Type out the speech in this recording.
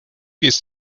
ist